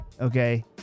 Okay